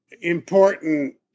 important